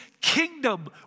kingdom